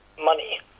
money